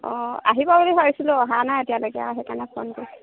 অঁ আহিব বুলি ভাবিছিলোঁ অহা নাই এতিয়ালৈকে আৰু সেইকাৰণে ফোন কৰি